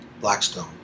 Blackstone